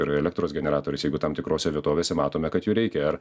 ir elektros generatorius jeigu tam tikrose vietovėse matome kad jų reikia ar